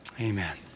amen